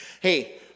Hey